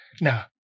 now